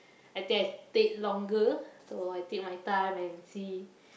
I think I stayed longer so I take my time and see